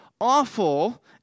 awful